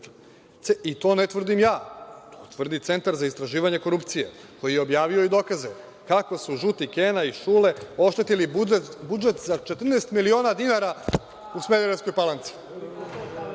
To ne tvrdim ja, to tvrdi Centar za istraživanje korupcije, koji je objavio i dokaze kako su žuti Kena i Šule oštetili budžet za 14 miliona dinara u Smederevskoj Palanci,